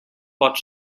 pot